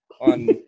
on